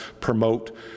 promote